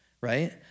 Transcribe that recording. right